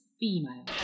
female